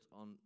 on